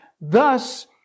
Thus